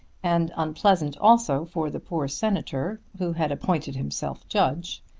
and unpleasant also for the poor senator who had appointed himself judge,